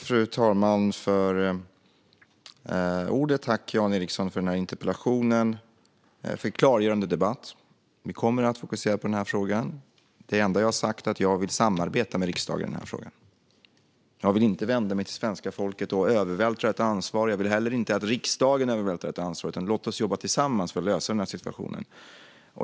Fru talman! Tack, Jan Ericson, för interpellationen och för en klargörande debatt! Vi kommer att fokusera på den här frågan. Det enda jag har sagt är att jag vill samarbeta med riksdagen i den här frågan. Jag vill inte vända mig till svenska folket och inte heller till riksdagen och övervältra ansvaret, utan låt oss jobba tillsammans för att lösa den här situationen.